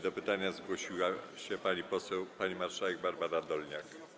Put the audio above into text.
Do pytania zgłosiła się pani poseł, pani marszałek Barbara Dolniak.